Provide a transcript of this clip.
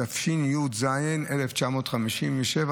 התשי"ז 1957,